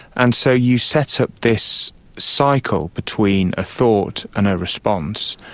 and so you set so up this cycle between a thought and a response,